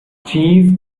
cheese